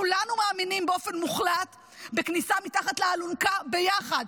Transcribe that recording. כולנו מאמינים באופן מוחלט בכניסה מתחת לאלונקה ביחד,